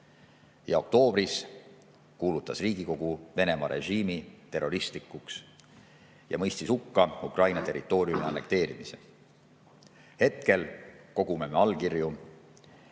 Oktoobris kuulutas Riigikogu Venemaa režiimi terroristlikuks ja mõistis hukka Ukraina territooriumi annekteerimise. Hetkel kogume allkirju